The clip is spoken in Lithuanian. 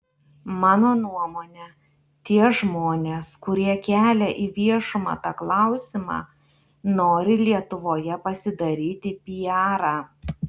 mano nuomone tie žmonės kurie kelia į viešumą tą klausimą nori lietuvoje pasidaryti piarą